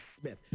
Smith